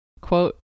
quote